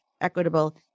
equitable